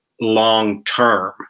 long-term